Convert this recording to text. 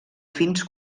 fins